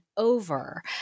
over